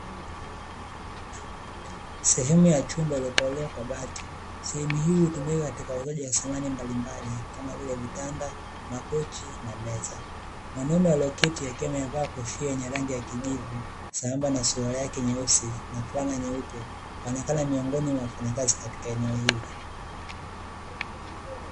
Sehemu ya chumba iliyopauliwa kwa bati, sehemu hiyo hutumika katika uuzaji wa samani mbalimbali kama vile: vitanda, makochi na meza. Mwanaume aliyeketi akiwa amevaa kofia yenye rangi ya rangi ya kijivu sambamba na sura yake nyeusi na fulana nyeupe anaonekana ni miongoni mwa wafanyakazi katika eneo hili.